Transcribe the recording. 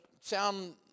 sound